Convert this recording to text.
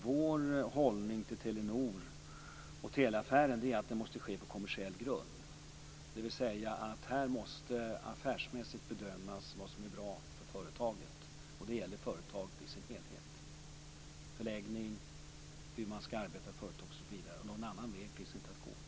Vår hållning till Telenor-Telia-affären är att det måste ske på kommersiell grund, dvs. att det måste bedömas affärsmässigt vad som är bra för företaget. Det gäller företaget i sin helhet: förläggning, hur man skall arbeta osv. Någon annan väg finns inte att gå.